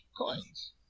coins